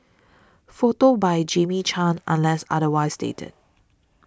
photos by Jamie Chan unless otherwise stated